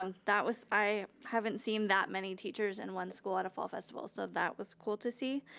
um that was. i haven't seen that many teachers in one school at a fall festival, so that was cool to see,